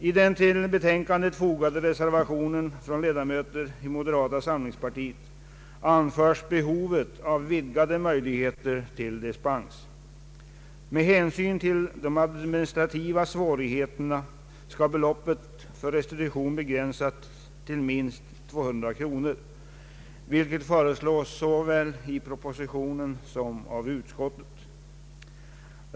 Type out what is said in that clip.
I den till betänkandet fogade reservationen från ledamöter i moderata samlingspartiet anföres behovet av vidgade möjligheter till dispens. Med hänsyn till de administrativa svårigheterna skall beloppet för restitution begränsas till minst 200 kronor, vilket föreslås såväl i propositionen som av utskottet.